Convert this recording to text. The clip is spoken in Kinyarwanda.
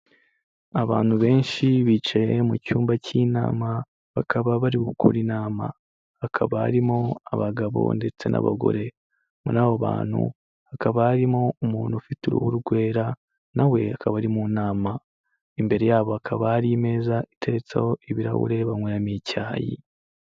Abantu benshi bicaye mu cyumba k'inama, bakaba bari gukora inama, hakaba harimo abagabo ndetse n'abagore, muri abo bantu hakaba harimo umuntu ufite uruhu rwera, nawe akaba ari mu nama, imbere yabo hakaba hari imeza iteretseho ibirahuri banyweramo icyayi.